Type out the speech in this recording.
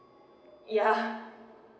ya